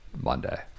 Monday